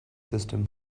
system